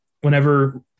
whenever